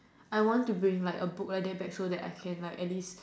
I want to bring like a book like that back so that I can like at least